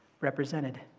represented